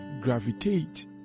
gravitate